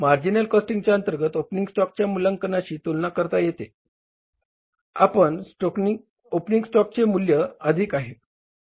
marginal costing अंतर्गत opening स्टॉकच्या मूल्यांकनाशी तुलना करता येथे ओपनिंग स्टॉकचे मूल्य अधिक आहे